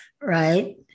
Right